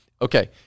Okay